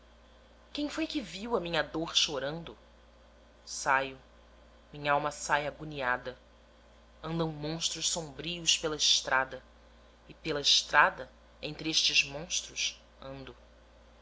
quem foi que viu a minha dor chorando saio minhalma sai agoniada andam monstros sombrios pela estrada e pela estrada entre estes monstros ando